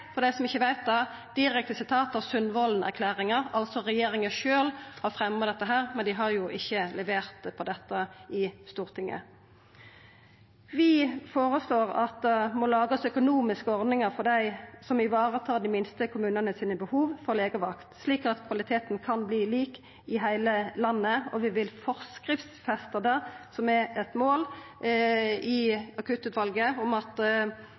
for dei som ikkje veit det – direkte sitat frå Sundvolden-erklæringa. Regjeringa sjølv har altså fremja dette, men dei har jo ikkje levert på dette i Stortinget. Vi føreslår at det må lagast økonomiske ordningar for dei som varetar dei minste kommunane sitt behov for legevakt, slik at kvaliteten kan verta lik i heile landet. Og vi vil forskriftsfesta det som er sett som eit mål frå Akuttutvalet, at